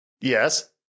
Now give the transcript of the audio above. Yes